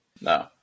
No